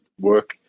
work